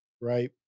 right